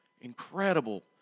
incredible